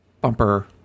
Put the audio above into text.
bumper